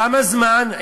כמה זמן?